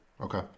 okay